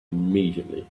immediately